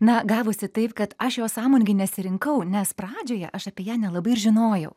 na gavosi taip kad aš jos sąmoningai nesirinkau nes pradžioje aš apie ją nelabai ir žinojau